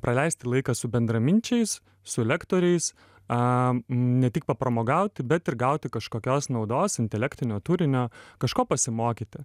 praleisti laiką su bendraminčiais su lektoriais a ne tik papramogauti bet ir gauti kažkokios naudos intelektinio turinio kažko pasimokyti